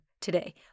today